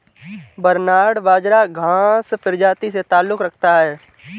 barnyard बाजरा घांस प्रजाति से ताल्लुक रखता है